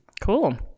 Cool